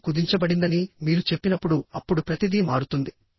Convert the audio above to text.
సమయం కుదించబడిందని మీరు చెప్పినప్పుడు అప్పుడు ప్రతిదీ మారుతుంది